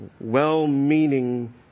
Well-meaning